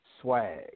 Swag